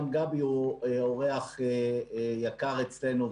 גם גבי הוא אורח יקר אצלנו,